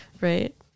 Right